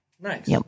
Nice